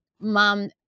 mom